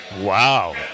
Wow